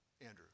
Andrew